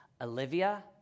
Olivia